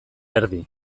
erdi